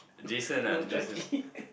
no Chucky